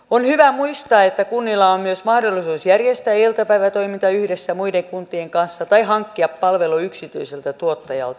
on hyvä muistaa että kunnilla on myös mahdollisuus järjestää iltapäivätoimintaa yhdessä muiden kuntien kanssa tai hankkia palvelu yksityiseltä tuottajalta